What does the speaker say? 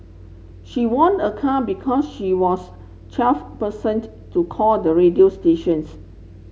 she won a car because she was twelve percent to call the radio stations